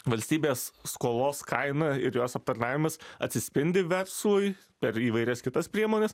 valstybės skolos kaina ir jos aptarnavimas atsispindi verslui per įvairias kitas priemones